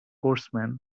horsemen